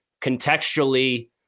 contextually